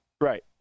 Right